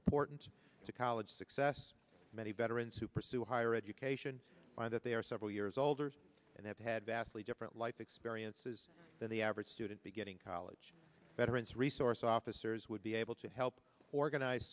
important to college success many veterans who pursue higher education by that they are several years older and have had vastly different life experiences than the average student beginning college veteran's resource officers would be able to help organize